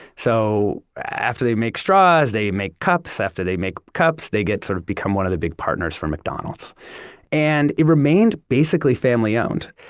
so after they make straws, they make cups, after they make cups, they sort of become one of the big partners for mcdonald's and it remained basically family owned.